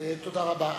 תודה רבה.